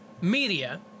media